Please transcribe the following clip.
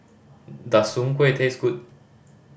does Soon Kueh taste good